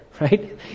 right